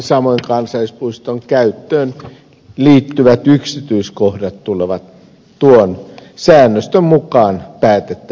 samoin kansallispuiston käyttöön liittyvät yksityiskohdat tulevat tuon säännöstön mukaan päätettäviksi